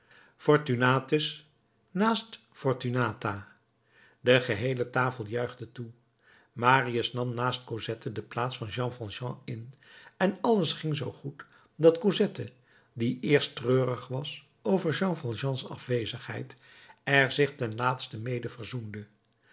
fortunatus naast fortunata de geheele tafel juichte toe marius nam naast cosette de plaats van jean valjean in en alles ging zoo goed dat cosette die eerst treurig was over jean valjeans afwezendheid er zich ten laatste mede verzoende